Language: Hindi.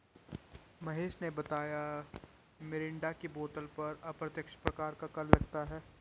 महेश ने बताया मिरिंडा की बोतल पर अप्रत्यक्ष प्रकार का कर लगता है